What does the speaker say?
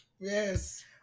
Yes